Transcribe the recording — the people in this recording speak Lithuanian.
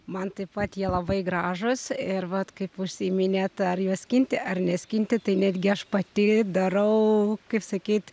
man taip pat jie labai gražūs ir vat kaip užsiiminėt ar juos skinti ar neskinti tai netgi aš pati darau kaip sakyt